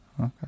Okay